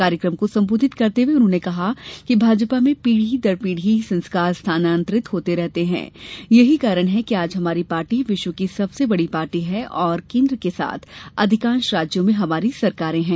कार्यकम को संबोधित करते हुए उन्होंने कहा कि भाजपा में पीढी दर पीढी संस्कार स्थानांतरित होते रहते है यही कारण है कि आज हमारी पार्टी विश्व की सबसे बड़ी पार्टी है और केन्द्र के साथ अधिकांश राज्यों में हमारी सरकारें है